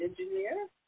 Engineer